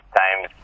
times